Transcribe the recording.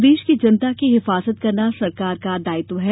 प्रदेश की जनता की हिफाजत करना सरकार का दायित्व है